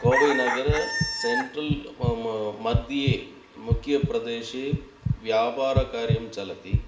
कोवै नगर सेन्ट्रल्मध्ये म म मुख्यप्रदेशे व्यापारकार्यं चलति